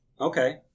Okay